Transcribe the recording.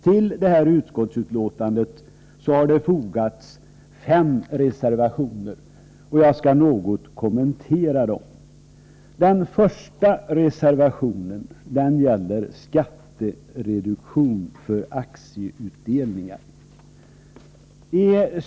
Till detta utskottsbetänkande har fogats fem reservationer.